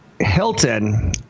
Hilton